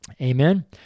Amen